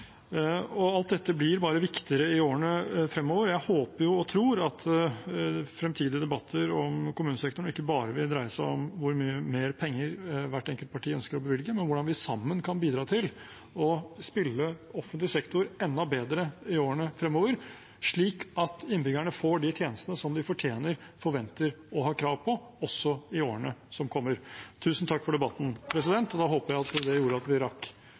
Alt dette blir bare viktigere i årene fremover. Jeg håper og tror at fremtidige debatter om kommunesektoren ikke bare vil dreie seg om hvor mye mer penger hvert enkelt parti ønsker å bevilge, men hvordan vi sammen kan bidra til å spille offentlig sektor enda bedre i årene fremover, slik at innbyggerne får de tjenestene som de fortjener, forventer og har krav på, også i årene som kommer. Tusen takk for debatten, og da håper jeg at det gjorde at vi rakk